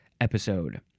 episode